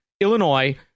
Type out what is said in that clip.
illinois